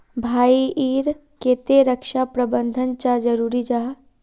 भाई ईर केते रक्षा प्रबंधन चाँ जरूरी जाहा?